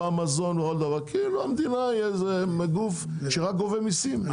במזון, כאילו המדינה היא גוף שרק גובה מיסים.